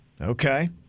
Okay